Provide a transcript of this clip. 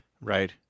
Right